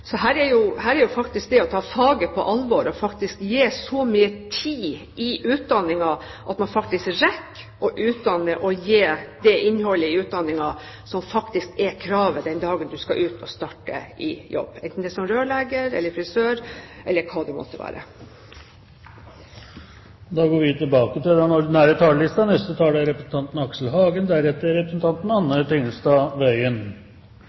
så mye som skolen ikke har hatt tid til å gå igjennom og å lære dem. Det gjelder å ta faget på alvor, å gi så mye tid i utdanningen at man rekker å utdanne og gi det innholdet i utdanningen som faktisk er kravet den dagen du skal ut i jobb, enten det er som rørlegger, frisør eller hva det måtte være. Replikkordskiftet er dermed omme. Denne stortingsmeldingen og foreliggende innstilling gir et godt situasjonsbilde av Utdannings-Norge, Forsknings-Norge inkludert. Den